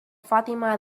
fatima